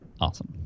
Awesome